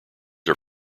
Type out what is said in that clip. are